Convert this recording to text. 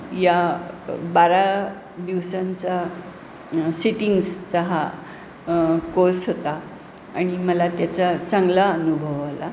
या ब बारा दिवसांचा सिटिंग्सचा हा कोर्स होता आणि मला त्याचा चांगला अनुभव आला